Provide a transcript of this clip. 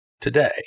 today